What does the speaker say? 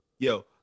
Yo